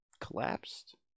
collapsed